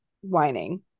whining